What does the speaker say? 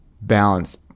balance